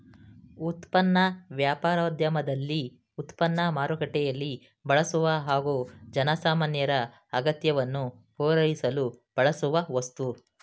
ಉತ್ಪನ್ನ ವ್ಯಾಪಾರೋದ್ಯಮದಲ್ಲಿ ಉತ್ಪನ್ನ ಮಾರುಕಟ್ಟೆಯಲ್ಲಿ ಬಳಸುವ ಹಾಗೂ ಜನಸಾಮಾನ್ಯರ ಅಗತ್ಯವನ್ನು ಪೂರೈಸಲು ಬಳಸುವ ವಸ್ತು